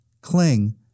Cling